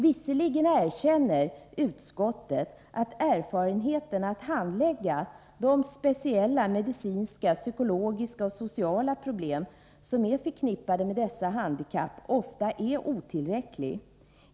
Visserligen erkänner utskottet att erfarenheten av att handlägga de speciella medicinska, psykologiska och sociala problem som är förknippade med dessa handikapp ofta är otillräcklig.